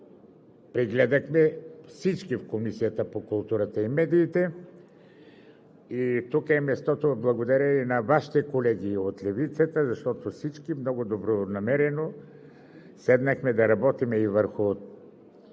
прегледахме в Комисията по културата и медиите. Тук е мястото да благодаря и на Вашите колеги от Левицата, защото всички много добронамерено седнахме да работим и върху